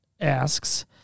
asks